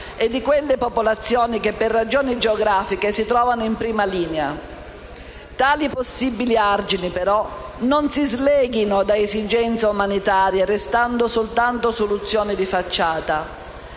e di quelle popolazioni che, per ragioni geografiche, si trovano in prima linea. Tali possibili argini, però, non si sleghino da esigenze umanitarie, restando soltanto soluzioni di facciata.